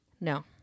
No